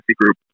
group